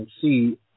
see